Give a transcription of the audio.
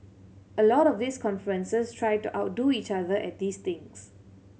a lot of these conferences try to outdo each other at these things